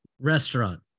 Restaurant